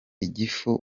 igifu